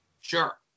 Sure